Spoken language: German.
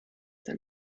der